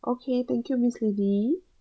okay thank you miss lily